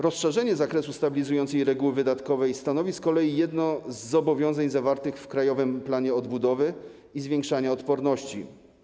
Rozszerzenie zakresu stabilizującej reguły wydatkowej stanowi z kolei jedno ze zobowiązań zawartych w Krajowym Planie Odbudowy, planie zwiększania odporności.